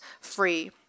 free